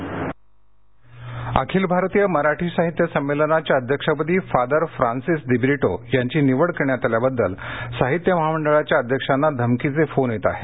धमकी अखिल भारतीय मराठी साहित्य संमेलनाच्या अध्यक्षपदी फादर फ्रान्सिस दिश्रिटो यांची निवड करण्यात आल्याबद्दल साहित्य महामंडळाच्या अध्यक्षांना धमकीचे फोन येत आहेत